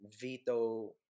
veto